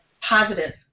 positive